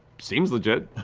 seems legit.